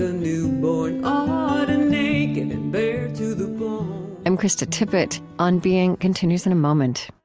ah newborn awed and naked and bare to the bone i'm krista tippett. on being continues in a moment